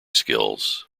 skills